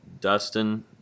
Dustin